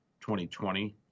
2020